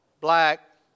black